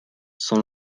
sont